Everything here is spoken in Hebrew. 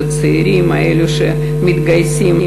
הצעירים האלה שמתגייסים,